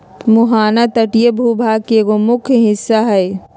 मुहाना तटीय भूभाग के एगो मुख्य हिस्सा हई